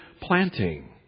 planting